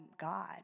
God